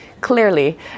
clearly